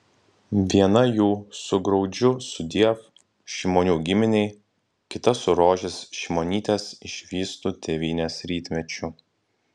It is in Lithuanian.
viena jų su graudžiu sudiev šimonių giminei kita su rožės šimonytės išvystu tėvynės rytmečiu